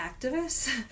activists